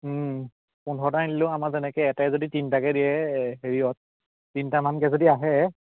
পোন্ধৰটাই আনিলোঁ আমাৰ যেনেকৈ এটাই যদি তিনিটাকৈ দিয়ে হেৰিয়ত তিনিটামানকৈ যদি আহে